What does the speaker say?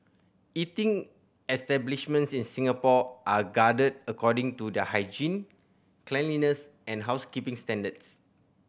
eating establishments in Singapore are according to their hygiene cleanliness and housekeeping standards